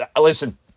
listen